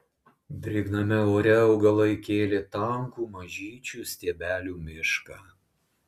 drėgname ore augalai kėlė tankų mažyčių stiebelių mišką